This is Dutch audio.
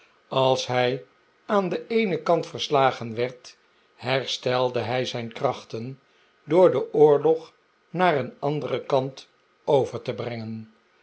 als hij aan den eenen kant verslagen werd herstelde hij zijn krachten door den oorlog naar een anderen kant over te brengen